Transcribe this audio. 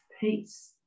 peace